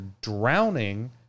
drowning